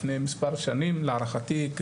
לפני מספר שנים להערכתי,